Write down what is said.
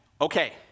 Okay